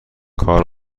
کار